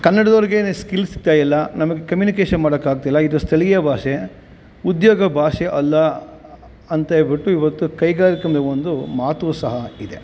ಕನ್ನಡ್ದವ್ರ್ಗೇ skill ಸಿಗ್ತಾಯಿಲ್ಲ ನಮಗೆ communication ಮಾಡಕ್ಕೆ ಆಗ್ತಿಲ್ಲ ಇದು ಸ್ಥಳೀಯ ಭಾಷೆ ಉದ್ಯೋಗ ಭಾಷೆ ಅಲ್ಲ ಅಂತೇಳಿಬಿಟ್ಟು ಇವತ್ತು ಕೈಗಾರಿಕೇಲಿ ಒಂದು ಮಾತೂ ಸಹ ಇದೆ